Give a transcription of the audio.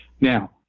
now